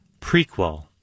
Prequel